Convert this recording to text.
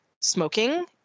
Smoking